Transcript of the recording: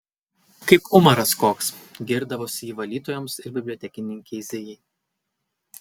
kaip umaras koks girdavosi ji valytojoms ir bibliotekininkei zijai